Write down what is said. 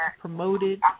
promoted